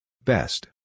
Best